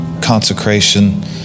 consecration